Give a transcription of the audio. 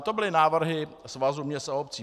To byly návrhy Svazu měst a obcí.